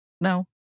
no